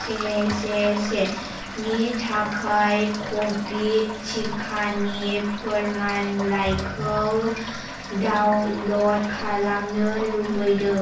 से से सेनि थाखाय क'विड टिकानि फोरमानलाइखौ डाउनल'ड खालामनो लुबैदों